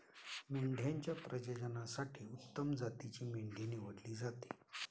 मेंढ्यांच्या प्रजननासाठी उत्तम जातीची मेंढी निवडली जाते